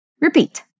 Repeat